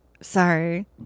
Sorry